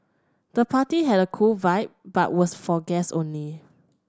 the party had a cool vibe but was for guests only